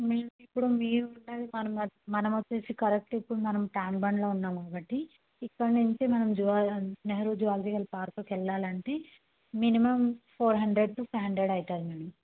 ఇప్పుడు మీరు ఉండేది మనం మనం వచ్చి కరెక్ట్ ఇప్పుడు మనం ట్యాంక్ బండ్లో ఉన్నాంఒకటి ఇక్కడ నుంచి జులాజి నెహ్రూ జువలాజికల్ పార్క్కు వెళ్ళాలంటే minimum four hundred to five hundred అవుతుంది అండి